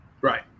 Right